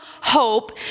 hope